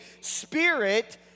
spirit